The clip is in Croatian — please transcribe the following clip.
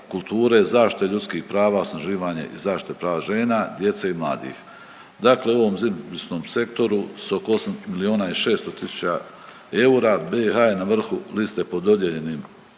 zaštite ljudskih prava, osnaživanje i zaštite prava žena, djece i mladih. Dakle, u ovom zemljopisnom sektoru s oko 8 miliona i 600 tisuća eura BiH je na vrhu liste po dodijeljenim